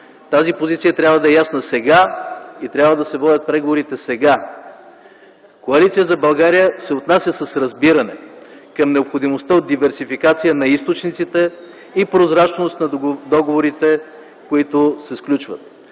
Тази позиция трябва да е ясна сега и преговорите трябва да се водят сега. Коалиция за България се отнася с разбиране към необходимостта от диверсификация на източниците и прозрачност на договорите, които се сключват.